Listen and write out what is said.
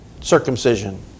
circumcision